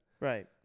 Right